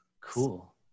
Cool